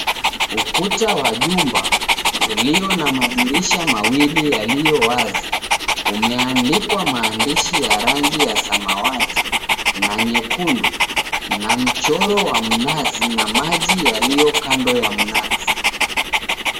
Ukuta wa jumba ulio na madirisha mawili yaliyowazi, umeandikwa maandishi ya rangi wa samawati na nyekundu na mchoro wa mnazi na maji yaliyo kando na mnazi.